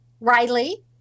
Riley